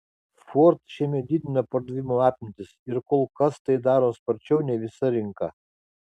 ford šiemet didina pardavimo apimtis ir kol kas tai daro sparčiau nei visa rinka